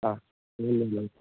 હા